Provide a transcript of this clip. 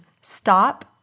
Stop